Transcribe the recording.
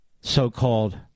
so-called